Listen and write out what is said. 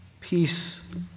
Peace